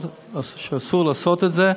שאסור לעשות את זה,